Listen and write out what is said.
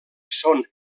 són